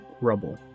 rubble